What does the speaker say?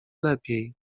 lepiej